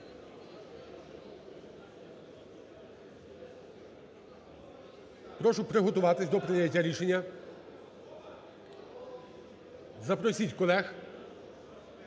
Прошу приготуватись до прийняття рішення. Запросіть колег.